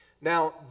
Now